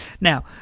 Now